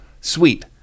Sweet